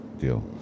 deal